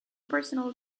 personal